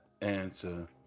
answer